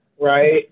right